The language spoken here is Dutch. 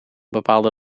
bepaalde